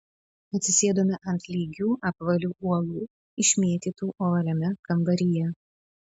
atsisėdome ant lygių apvalių uolų išmėtytų ovaliame kambaryje